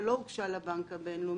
12.09,